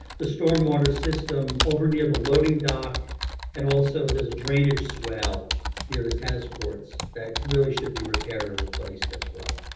the stormwater system over near the loading dock and also there's a drainage swell near the tennis courts that really should be repaired or replaced as well,